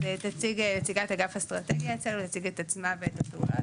אז תציג נציגת אגף אסטרטגיה אצלנו את עצמה ואת הפעולות,